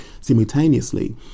simultaneously